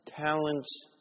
talents